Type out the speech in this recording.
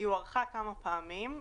היא הוארכה כמה פעמים,